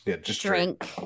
drink